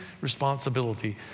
responsibility